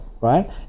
right